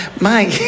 Mike